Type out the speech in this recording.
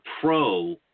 pro